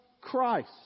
Christ